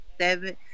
seven